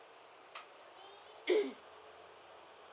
mm